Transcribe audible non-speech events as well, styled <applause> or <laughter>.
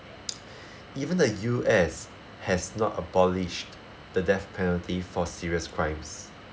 <noise> even the U_S has not abolished the death penalty for serious crimes